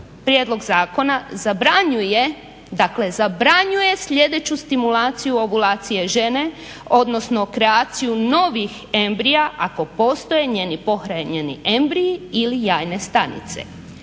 dakle zabranjuje sljedeću stimulaciju ovulacije žene, odnosno kreaciju novih embrija ako postoje njeni pohranjeni embriji ili jajne stanice.